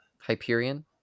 Hyperion